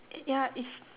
ya is